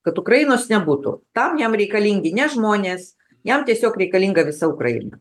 kad ukrainos nebūtų tam jam reikalingi ne žmonės jam tiesiog reikalinga visa ukraina